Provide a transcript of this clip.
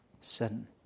sin